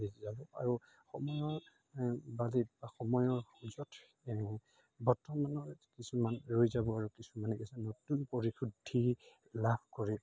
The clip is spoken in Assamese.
আৰু সময়ৰ বালিত বা সময়ৰ য'ত বৰ্তমানৰ কিছুমান ৰৈ যাব আৰু কিছুমানে কিছুমান নতুন পৰিশুদ্ধি লাভ কৰি